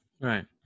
Right